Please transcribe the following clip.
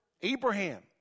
Abraham